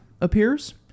appears